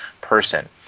person